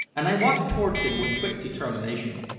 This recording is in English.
and i walked towards him with quick determination.